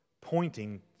pointing